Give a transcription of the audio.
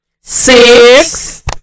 six